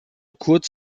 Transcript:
kurz